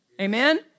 Amen